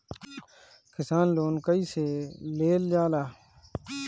किसान लोन कईसे लेल जाला?